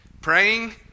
praying